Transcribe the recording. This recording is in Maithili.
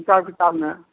हिसाब किताबमे